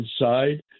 inside